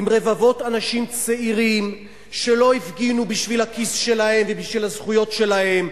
עם רבבות אנשים צעירים שלא הפגינו בשביל הכיס שלהם ובשביל הזכויות שלהם,